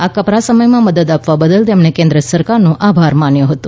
આ કપરા સમયમાં મદદ આપવા બદલ તેમણે કેન્દ્ર સરકારનો આભાર માન્યો હતો